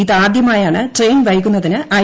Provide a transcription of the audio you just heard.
ഇതാദ്യമായാണ് ട്രെയിൻ വൈകുന്നതിന് ഐ